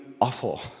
awful